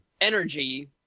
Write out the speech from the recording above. Energy